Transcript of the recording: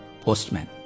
postman